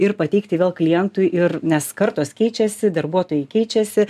ir pateikti vėl klientui ir nes kartos keičiasi darbuotojai keičiasi